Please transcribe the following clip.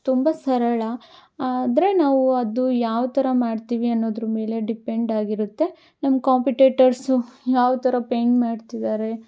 ತುಂಬ ಸರಳ ಆದರೆ ನಾವು ಅದು ಯಾವ ಥರ ಮಾಡ್ತೀವಿ ಅನ್ನೋದ್ರ ಮೇಲೆ ಡಿಪೆಂಡ್ ಆಗಿರುತ್ತೆ ನಮ್ಮ ಕಾಂಪಿಟೇಟರ್ಸು ಯಾವ ಥರ ಪೈಂಟ್ ಮಾಡ್ತಿದ್ದಾರೆ